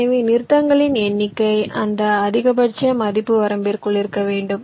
எனவே நிறுத்தங்களின் எண்ணிக்கை அந்த அதிகபட்ச மதிப்பு வரம்பிற்குள் இருக்க வேண்டும்